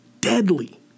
Deadly